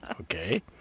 Okay